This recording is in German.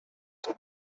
zug